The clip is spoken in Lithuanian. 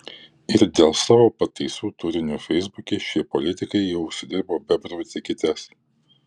ir dėl savo pataisų turinio feisbuke šie politikai jau užsidirbo bebrų etiketes